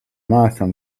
markham